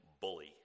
bully